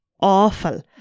awful